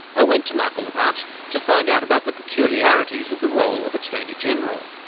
i went to michael lavarch to find out about the peculiarities of the role of attorney-general,